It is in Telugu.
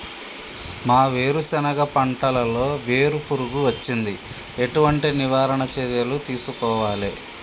మా వేరుశెనగ పంటలలో వేరు పురుగు వచ్చింది? ఎటువంటి నివారణ చర్యలు తీసుకోవాలే?